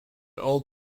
old